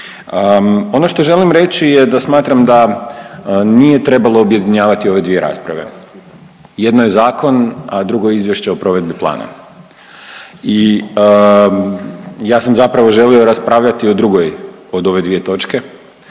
Ono što želim reći je da smatram da nije trebalo objedinjavati ove dvije rasprave, jedno je zakon, a drugo izvješće o provedbi plana. I ja sam zapravo želio raspravljati o drugoj od ove dvije točke,